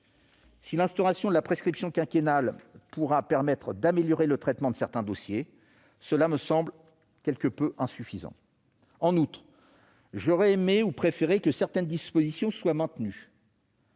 Si l'instauration de la prescription quinquennale peut permettre d'améliorer le traitement de certains dossiers, cela me semble quelque peu insuffisant. En outre, j'aurais préféré que certaines dispositions soient maintenues.